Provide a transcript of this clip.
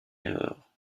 erreur